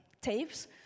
tapes